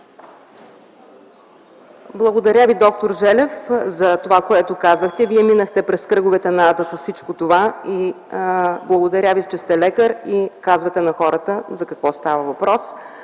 Благодаря Ви, д-р Желев, за това, което казахте. Вие минахте през кръговете на ада с всичко това и Ви благодаря, че като лекар казвате на хората за какво става въпрос.